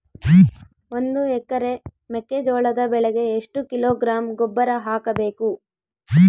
ಒಂದು ಎಕರೆ ಮೆಕ್ಕೆಜೋಳದ ಬೆಳೆಗೆ ಎಷ್ಟು ಕಿಲೋಗ್ರಾಂ ಗೊಬ್ಬರ ಹಾಕಬೇಕು?